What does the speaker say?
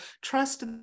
trust